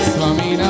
Swami